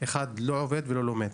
אחד לא עובד ולא לומד.